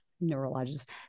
neurologist